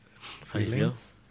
feelings